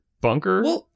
bunker